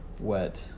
wet